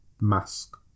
mask